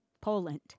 Poland